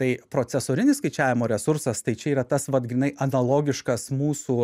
tai procesorinis skaičiavimo resursas tai čia yra tas vat grynai analogiškas mūsų